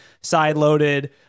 sideloaded